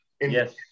Yes